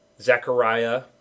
Zechariah